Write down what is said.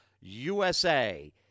USA